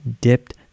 dipped